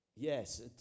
Yes